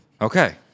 Okay